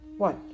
What